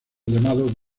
llamado